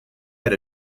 had